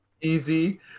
Easy